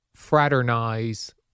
fraternize